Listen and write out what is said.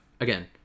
again